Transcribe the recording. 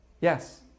Yes